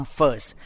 first